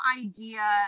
idea